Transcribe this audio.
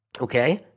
okay